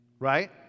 right